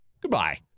Goodbye